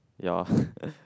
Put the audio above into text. ya